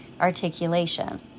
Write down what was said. articulation